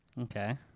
Okay